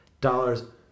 dollars